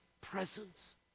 presence